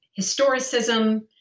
historicism